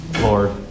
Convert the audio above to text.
Lord